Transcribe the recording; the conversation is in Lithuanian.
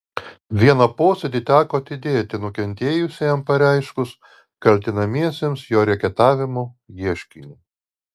vieną posėdį teko atidėti nukentėjusiajam pareiškus kaltinamiesiems jo reketavimu ieškinį